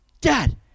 Dad